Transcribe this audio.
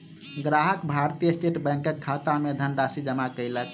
ग्राहक भारतीय स्टेट बैंकक खाता मे धनराशि जमा कयलक